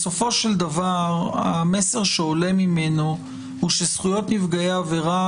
בסופו של דבר המסר שעולה ממנו הוא שזכויות נפגעי עבירה